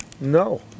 No